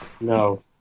No